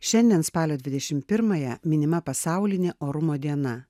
šiandien spalio dvidešim pirmąją minima pasaulinė orumo diena